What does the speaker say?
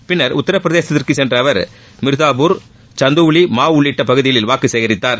பின்னர் உத்தரப்பிரதேசத்திற்கு சென்ற அவர் மிர்தாபூர் சந்தவுளி மாவ் உள்ளிட்ட பகுதிகளில் வாக்கு சேகரித்தார்